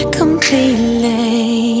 Completely